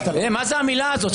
הי, מה זה המילה הזאת.